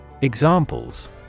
Examples